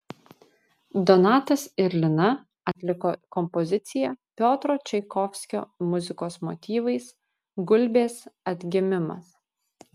donatas ir lina atliko kompoziciją piotro čaikovskio muzikos motyvais gulbės atgimimas